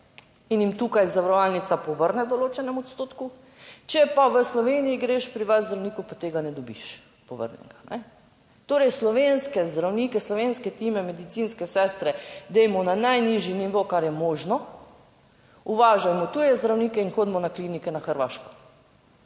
in jim tukaj zavarovalnica povrne v določenem odstotku, če pa v Sloveniji greš pri vas k zdravniku pa tega ne dobiš povrnjenega. Torej, slovenske zdravnike, slovenske time, medicinske sestre dajmo na najnižji nivo, kar je možno, uvažajmo tuje zdravnike in hodimo na klinike na Hrvaško.